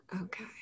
okay